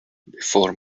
before